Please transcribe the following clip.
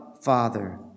Father